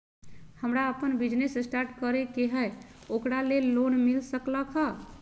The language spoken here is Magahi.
हमरा अपन बिजनेस स्टार्ट करे के है ओकरा लेल लोन मिल सकलक ह?